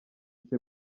cye